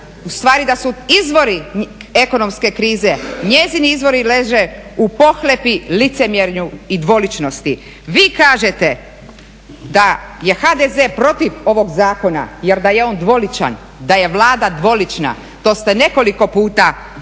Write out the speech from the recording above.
ustvari da su izvori ekonomske krize njezini izvori leže u pohlepi licemjerju i dvoličnosti. Vi kažete da je HDZ protiv ovog zakona jer da je on dvoličan, da je vlada dvolična, to ste nekoliko puta ponovili.